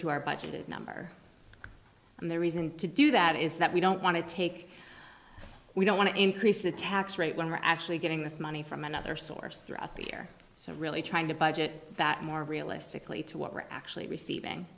to our budget number and the reason to do that is that we don't want to take we don't want to increase the tax rate when we're actually getting this money from another source throughout the year so really trying to budget that more realistically to what we're actually receiving